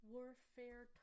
Warfare